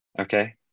Okay